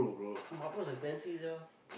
Marlboro is expensive sia